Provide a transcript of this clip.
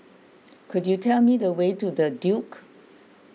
could you tell me the way to the Duke